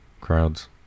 crowds